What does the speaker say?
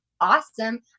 awesome